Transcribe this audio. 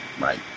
right